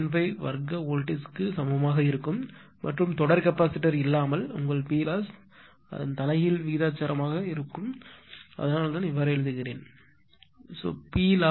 95 வர்க்க வோல்டேஜ் சமமாக இருக்கும்மற்றும் தொடர் கெப்பாசிட்டர் இல்லாமல் உங்கள் Ploss தலைகீழ் விகிதாசாரமாக இருப்பதால் அதனால் தான் இவ்வாறு எழுதுகிறேன் Ploss 0